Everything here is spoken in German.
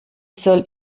soll